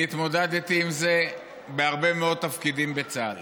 אני התמודדתי עם זה בהרבה מאוד תפקידים בצה"ל.